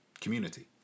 community